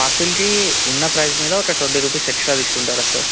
పార్సల్కి ఉన్న ప్రైస్ మీద ఒక ట్వంటీ రూపీస్ ఎక్స్ట్రా తీసుకుంటారా సార్